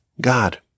God